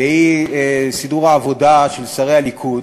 והיא סידור העבודה של שרי הליכוד